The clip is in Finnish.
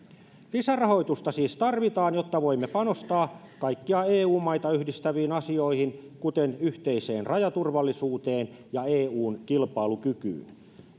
lisärahoitusta siis tarvitaan jotta voimme panostaa kaikkia eu maita yhdistäviin asioihin kuten yhteiseen rajaturvallisuuteen ja eun kilpailukykyyn